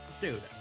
Dude